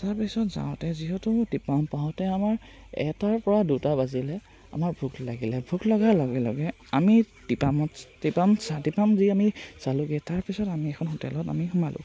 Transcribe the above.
তাৰপিছত যাওঁতে যিহেতু টিপাম পাওঁতে আমাৰ এটাৰ পৰা দুটা বাজিলে আমাৰ ভোক লাগিলে ভোক লগাৰ লগে লগে আমি টিপামত টিপাম টিপাম যি আমি চালোগৈ তাৰপিছত আমি এখন হোটেলত আমি সোমালোঁ